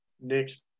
Next